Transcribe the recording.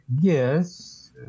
yes